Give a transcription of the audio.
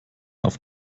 auf